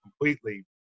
completely